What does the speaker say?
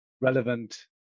relevant